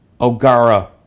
Ogara